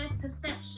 perception